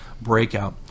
breakout